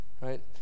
right